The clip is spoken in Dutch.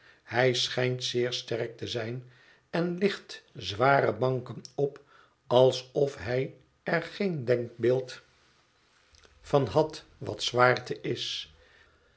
hij schijnt zeer sterk te zijn en licht zware banken op alsof hij er geen denkbeeld van had wat zwaarte is